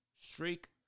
Streak